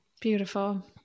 beautiful